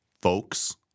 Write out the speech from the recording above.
folks